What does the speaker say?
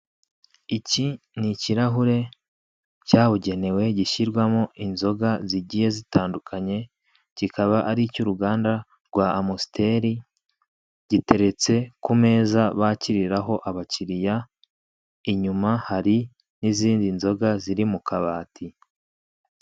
Iki ni ikirahure cya bugenewe gishyirwamo inzoga zigiye zitandukanye kikaba ari icy'uruganda rwa Amusiteri, giteretse ku meza bakiriraho abakiriya inyuma hari n'izindi nzoga ziri mu kabati.